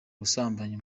gusambanya